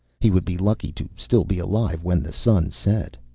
he would be lucky to still be alive when the sun set.